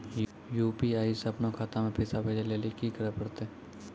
UPI से अपनो खाता मे पैसा भेजै लेली कि करै पड़तै?